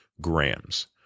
grams